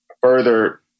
further